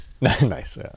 Nice